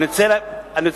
אני רוצה פשוט,